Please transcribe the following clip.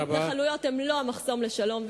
כי התנחלויות הן לא המחסום לשלום,